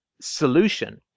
solution